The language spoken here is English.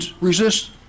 resist